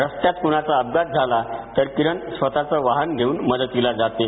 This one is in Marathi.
रस्त्यात कुणाचा अपघात झाला तर किरण स्वतचं वाहन घेऊन मदतीला जाते